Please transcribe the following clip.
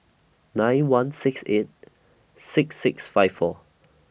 nine one six eight six six five four